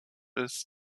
ist